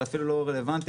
זה אפילו לא רלוונטי.